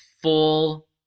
full